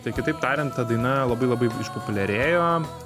tai kitaip tariant ta daina labai labai išpopuliarėjo